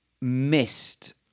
missed